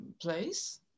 place